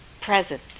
present